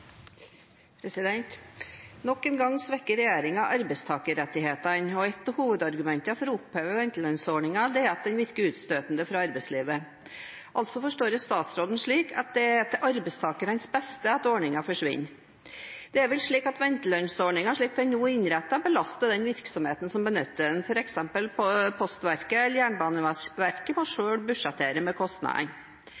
sektor. Nok en gang svekker regjeringen arbeidstakerrettighetene, og et av hovedargumentene for å oppheve ventelønnsordningen er at den virker utstøtende fra arbeidslivet, altså forstår jeg statsråden slik at det er til arbeidstakernes beste at ordningen forsvinner. Det er vel slik at ventelønnsordningen, slik den nå er innrettet, belaster den virksomheten som benytter den. For eksempel må Posten og Jernbaneverket selv budsjettere med